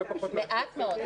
מעט מאוד.